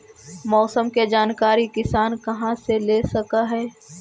मौसम के जानकारी किसान कहा से ले सकै है?